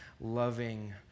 loving